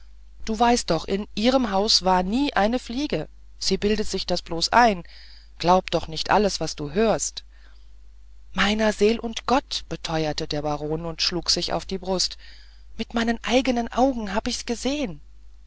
du weißt doch in ihrem haus war nie eine fliege sie bildet sich das bloß ein glaub doch nicht alles was du hörst meiner seel und gott beteuerte der baron und schlug sich auf die brust mit meine eignen augen hab ich's gsegen